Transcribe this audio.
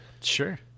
Sure